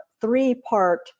three-part